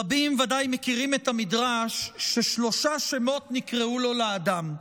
רבים ודאי מכירים את המדרש ששלושה שמות נקראו לו לאדם: